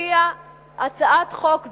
שלפיה הצעת חוק זו,